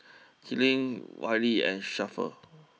Kyleigh Wiley and Shafter